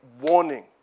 warning